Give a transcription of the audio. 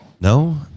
No